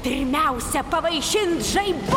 pirmiausia pavaišint žaibu